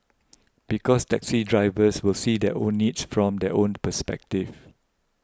because taxi drivers will see their own needs from their own perspective